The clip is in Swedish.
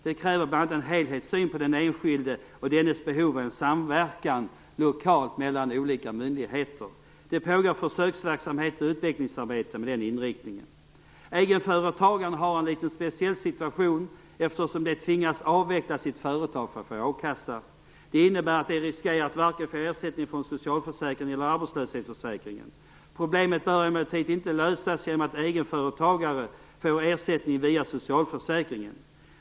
Det kräver bl.a. en helhetssyn på den enskilde och dennes behov samt en lokal samverkan mellan olika myndigheter. Det pågår försöksverksamhet och utvecklingsarbete med denna inriktning. Egenföretagaren har en litet speciell situation, eftersom denne tvingas att avveckla sitt företag för att få a-kassa. Det innebär att egenföretagen riskerar att varken få ersättning från socialförsäkringen eller från arbetslöshetsförsäkringen. Problemet bör emellertid inte lösas genom ersättning till egenföretagare via socialförsäkringen.